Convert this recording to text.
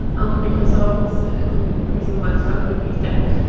um because i was in prison my son's with his dad,